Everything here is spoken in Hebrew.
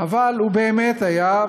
אבל הוא באמת היה,